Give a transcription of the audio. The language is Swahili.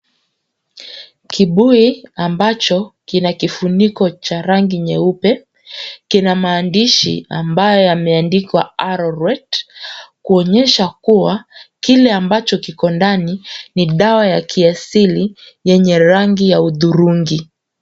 Kibuyu ambacho kina kifuniko cha rangi nyeupe, kina maandishi ambayo yameandikwa ARORWET , kuonyesha kuwa kile ambacho kiko ndani ni dawa ya kiasili yenye rangi ya hudhurungi.